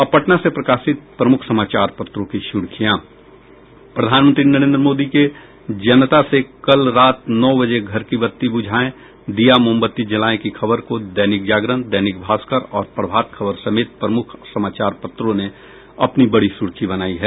अब पटना से प्रकाशित प्रमुख समाचार पत्रों की सुर्खियां प्रधानमंत्री नरेंद्र मोदी के जनता से कल रात नौ बजे घर की बत्ती बुझाएं दीया मोमबत्ती जलाएं की खबर को दैनिक जागरण दैनिक भास्कर और प्रभात खबर समेत प्रमुख समाचार पत्रों ने अपनी बड़ी सुर्खी बनायी है